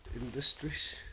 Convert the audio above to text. industries